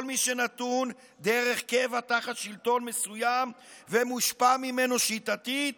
כל מי שנתון דרך קבע תחת שלטון מסוים ומושפע ממנו שיטתית